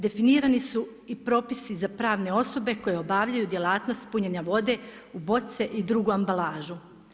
Definirani su i propisi za pravne osobe koje obavljaju djelatnost punjenje vode u boce i drugu ambalažu.